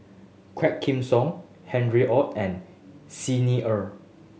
Quah Kim Song Harry Ord and Xi Ni Er